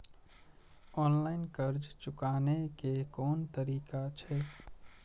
Online कर्ज चुकाने के कोन तरीका छै?